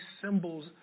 symbols